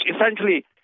essentially